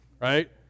right